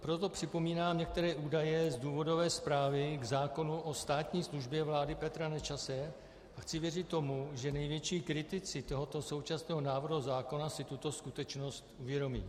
Proto připomínám některé údaje z důvodové zprávy k zákonu o státní službě vlády Petra Nečase a chci věřit tomu, že největší kritici tohoto současného návrhu zákona si tuto skutečnost uvědomí.